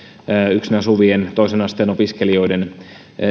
yksin asuvien toisen asteen opiskelijoiden